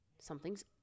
something's